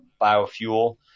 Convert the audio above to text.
biofuel